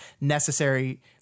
necessary